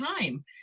time